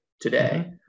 today